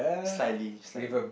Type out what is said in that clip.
slightly slightly